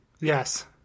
Yes